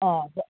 অঁ